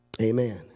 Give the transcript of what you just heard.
Amen